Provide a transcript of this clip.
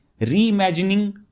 reimagining